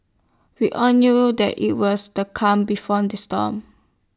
we all knew that IT was the calm before the storm